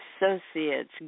associates